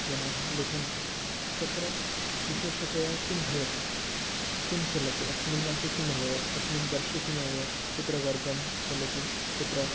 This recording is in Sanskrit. जनाः लिखन्ति तत्र विशेषतया किं भवति किं चलति अस्मिन् वर्षे किम् अभवत् अस्मिन् वर्षे किम् अभवत् कुत्र वर्गः चलति कुत्र